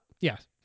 Yes